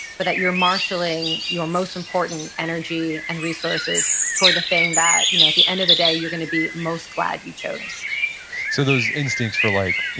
but that you're marshaling your most important energy and resources toward the thing that you know at the end of the day, you're going to be most glad you chose so those instincts for like,